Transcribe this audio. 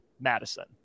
Madison